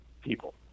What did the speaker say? people